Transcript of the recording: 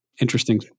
interesting